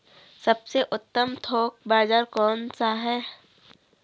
सबसे उत्तम थोक बाज़ार कौन सा है?